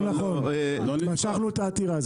אנחנו משכנו את העתירה.